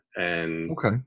Okay